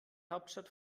hauptstadt